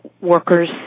workers